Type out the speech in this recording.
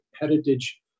heritage